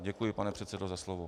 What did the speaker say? Děkuji, pane předsedo, za slovo.